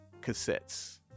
cassettes